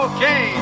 Okay